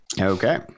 Okay